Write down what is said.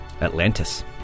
Atlantis